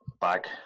back